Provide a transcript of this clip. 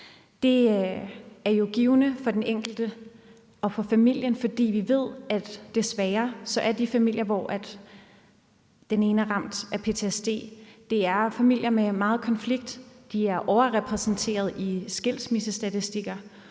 Det er givende for den enkelte og for familien, for vi ved, at desværre er de familier, hvor den ene er ramt af ptsd, familier med megen konflikt. De er overrepræsenteret i skilsmissestatistikker,